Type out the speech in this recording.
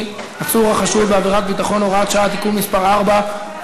(עצור החשוד בעבירת ביטחון) (הוראת שעה) (תיקון מס' 4),